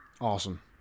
Awesome